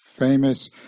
Famous